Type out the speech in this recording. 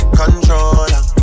controller